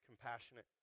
compassionate